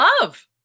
Love